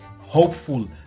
hopeful